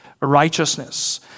righteousness